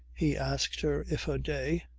he asked her if her day,